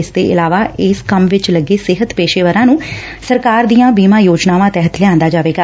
ਇਸ ਦੇ ਇਲਾਵਾ ਇਸ ਕੰਮ ਚ ਲੱਗੇ ਸਿਹਤ ਪੇਸ਼ੇਵਰਾਂ ਨੰ ਸਰਕਾਰ ਦੀਆਂ ਬੀਮਾਂ ਯੋਜਨਾਵਾਂ ਤਹਿਤ ਲਿਆਂਦਾ ਜਾਵੇਗਾ